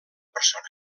persona